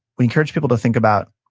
we encourage people to think about,